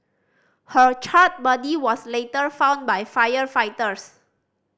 her charred body was later found by firefighters